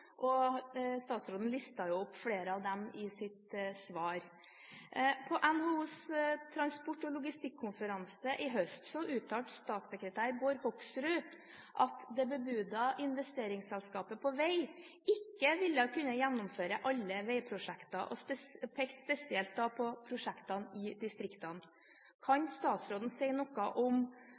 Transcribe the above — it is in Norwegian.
og statsråden listet opp flere av dem i sitt svar. På NHOs transport- og logistikkonferanse i høst uttalte statssekretær Bård Hoksrud at det bebudede investeringsselskapet for vei ikke ville kunne gjennomføre alle veiprosjekter og pekte spesielt på prosjektene i distriktene. Kan statsråden først si noe om